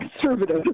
conservative